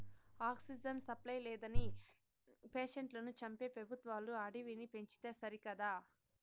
oxygen supply లేదని పేషెంట్లను చంపే పెబుత్వాలు అడవిని పెంచితే సరికదా